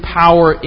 power